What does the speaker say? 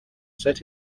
set